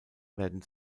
werden